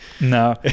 no